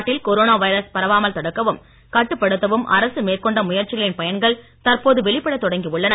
நாட்டில் corona virus பரவாமல் தடுக்கவும் கட்டுப் படுத்தவும் அரசு மேற்கொண்ட முயற்சிகளின் பயன்கள் தற்போது வெளிப்படத் தொடங்கியுள்ளன